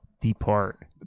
Depart